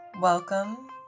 welcome